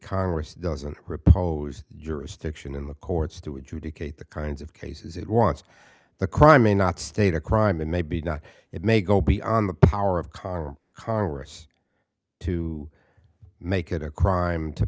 congress doesn't repos jurisdiction in the courts to adjudicate the kinds of cases it wants the crime may not state a crime and maybe not it may go be on the power of car congress to make it a crime to